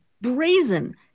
brazen